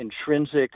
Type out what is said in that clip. intrinsic